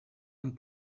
amb